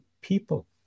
people